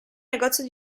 negozio